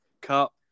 Cup